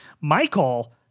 Michael